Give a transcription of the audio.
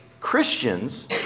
Christians